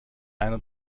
einer